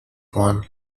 one